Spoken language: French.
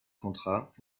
contrat